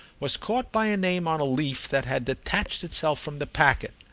was caught by a name on a leaf that had detached itself from the packet.